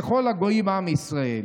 ככל הגויים עם ישראל.